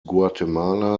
guatemala